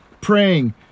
praying